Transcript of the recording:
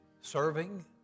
Serving